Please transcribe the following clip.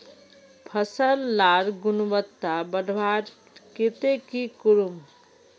फसल लार गुणवत्ता बढ़वार केते की करूम?